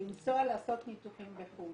לנסוע לעשות ניתוחים בחו"ל.